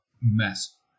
mess